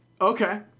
Okay